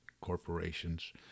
corporations